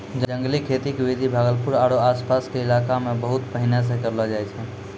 जंगली खेती के विधि भागलपुर आरो आस पास के इलाका मॅ बहुत पहिने सॅ करलो जाय छै